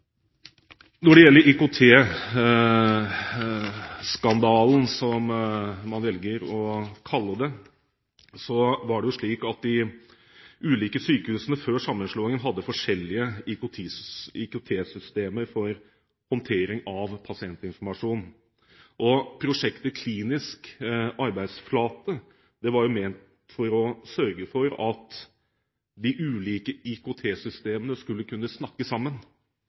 Når det gjelder IKT-skandalen, som man velger å kalle det, var det jo slik at de ulike sykehusene før sammenslåingen hadde forskjellige IKT-systemer for håndtering av pasientinformasjon. Prosjektet Klinisk arbeidsflate var ment for å sørge for at de ulike IKT-systemene skulle kunne snakke sammen